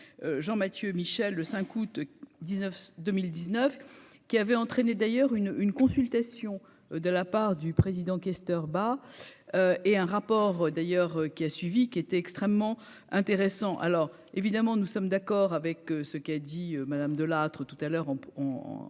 Jean Mathieu Michel, le 5 août 19 2019 qui avait entraîné d'ailleurs une une consultation de la part du président questeur et un rapport d'ailleurs qui a suivi, qui étaient extrêmement intéressant, alors évidemment nous sommes d'accord avec ce qu'a dit Madame Delattre tout à l'heure en en en